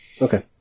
Okay